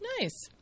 Nice